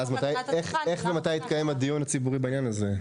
אבל איך ומתי יתקיים הדיון הציבורי בעניין הזה?